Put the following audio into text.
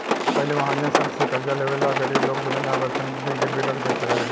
पहिले महाजन सन से कर्जा लेवे ला गरीब लोग जमीन आ बर्तन भी गिरवी रख देत रहे